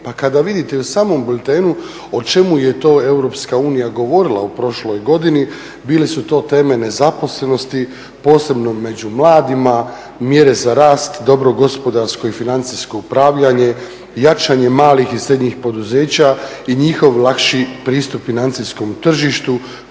Pa kada vidite u samom biltenu o čemu je to EU govorila u prošloj godini bili su to teme nezaposlenosti, posebno među mladima, mjere za rast, dobro gospodarsko i financijsko upravljanje, jačanje malih i srednjih poduzeća i njihov lakši pristup financijskom tržištu,